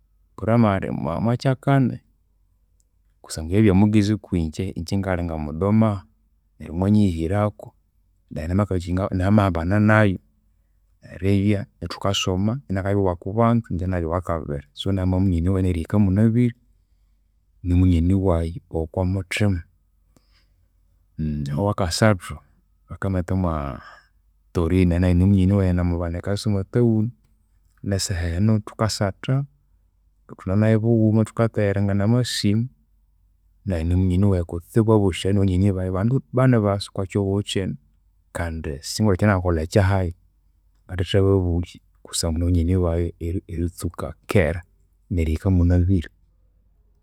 Primary omwa kyakani, kusangwa iyo abya mughezi okwinje, inje ingalinangamudomahu. Neryo mwanyiyihiraku nayi nama catching namahambana nayu eribya ithukasoma. Inakabya wakubanza nayi inabya wakabiri. So neryo amabya munyoni wayi nerihika munabwire, nimunyoni wayi owokwamuthima. Owakasathu bakamwetamwa Torine, nayu nimunyoni wayi namubana ekasese omwa town. Nesaha enu thukasatha, thunenayu bughuma thukathererana amasimu. Nayu nimunyoni wayi kutsibu, abosi abu nibanyoni bayi, abandu bani basa okwakyihugho kyino kandi singwithe ekyanangakolha kyahayi ngathithababulya kusangwa nibanyoni bayi eri- eritsuka kera erihika munabwire.